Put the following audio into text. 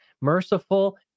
merciful